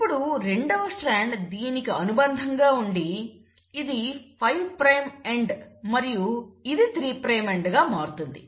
ఇప్పుడు రెండవ స్ట్రాండ్ దీనికి అనుబంధంగా ఉండి ఇది 5 ప్రైమ్ ఎండ్ మరియు ఇది 3 ప్రైమ్ ఎండ్ గా మారుతుంది